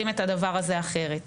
מלווה מתוך בית ספר שיהיה אחראי